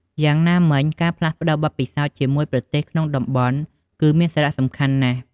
យ៉ាងណាមិញការផ្លាស់ប្ដូរបទពិសោធន៍ជាមួយប្រទេសក្នុងតំបន់គឺមានសារៈសំខាន់ណាស់។